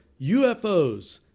UFOs